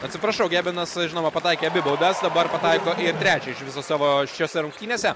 atsiprašau gebenas žinoma pataikė abi baudas dabar pataiko ir trečią iš viso savo šiose rungtynėse